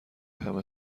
همه